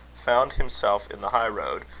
found himself in the high road,